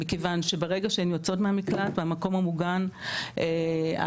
מכיוון שברגע שהן יוצאות מהמקלט מהמקום המוגן הסיכון